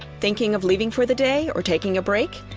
thinking of leaving for the day or taking a break?